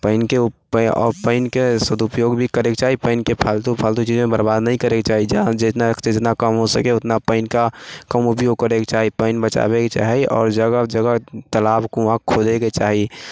पानिके उप पानिके सदुपयोग भी करैके चाही पानिके फालतू फालतू चीजमे बरबाद नहि करैके चाही जहाँ जितनासँ जितना कम हो सकै उतना पानि के कम उपयोग करैके चाही पानि बचाबैके चाही आओर जगह जगह तालाब कुँआ खोदैके चाही